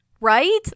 Right